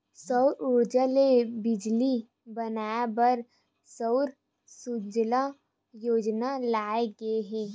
सउर उरजा ले बिजली बनाए बर सउर सूजला योजना लाए गे हे